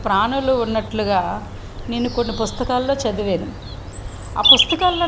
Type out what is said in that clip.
ప్రాణులు ఉన్నట్టుగా నేను కొన్ని పుస్తకాలలో చదివాను ఆ పుస్తకాలలో